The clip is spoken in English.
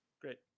Great